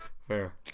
fair